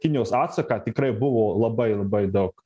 kinijos atsaką tikrai buvo labai labai daug